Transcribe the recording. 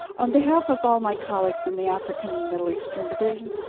on behalf of all my colleagues in the african middle eastern division,